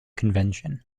convention